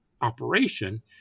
operation